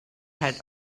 had